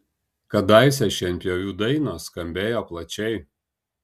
kadaise šienpjovių dainos skambėjo plačiai